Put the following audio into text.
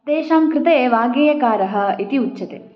तेषां कृते वाग्गेयकारः इति उच्यते